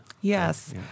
Yes